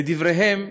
לדבריהן,